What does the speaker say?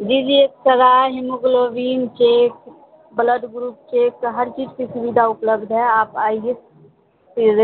جی جی X ray haemoglobin check blood group check ہر چیز کی سویدھا اپلبدھ ہے آپ آئیے پھر